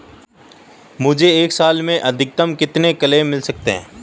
मुझे एक साल में अधिकतम कितने क्लेम मिल सकते हैं?